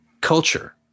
culture